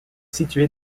situé